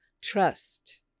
Trust